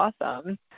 awesome